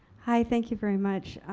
hi. thank you very much.